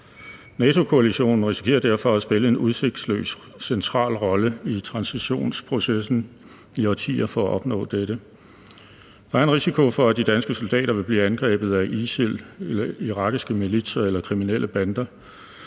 NATO-koalitionen risikerer derfor at spille en udsigtsløs central rolle i transitionsprocessen i årtier for at opnå dette. Der er en risiko for, at de danske soldater vil blive angrebet af ISIL, irakiske militser eller kriminelle bander.